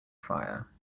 fire